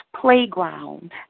playground